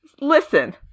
Listen